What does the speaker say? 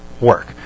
work